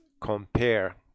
compare